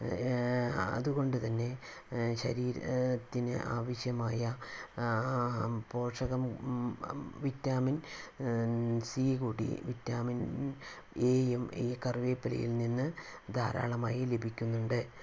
അതുകൊണ്ടു തന്നെ ശരീരത്തിന് ആവശ്യമായ പോഷകം വിറ്റാമിൻ സി കൂടി വിറ്റാമിൻ എ യും ഈ കറിവേപ്പിലയിൽ നിന്ന് ധാരാളമായി ലഭിക്കുന്നുണ്ട്